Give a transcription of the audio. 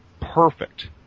perfect